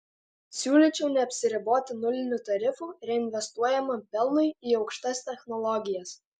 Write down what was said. siūlyčiau neapsiriboti nuliniu tarifu reinvestuojamam pelnui į aukštas technologijas